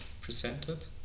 presented